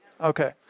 Okay